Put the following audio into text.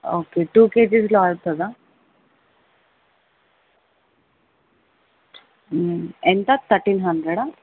okay two కేజీస్లో అవుతుందా ఎంత థర్టీన్ హండ్రెడా